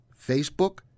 Facebook